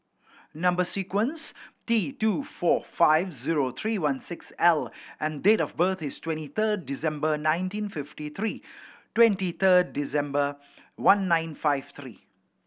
number sequence T two four five zero three one six L and date of birth is twenty third December nineteen fifty three twenty third December one nine five three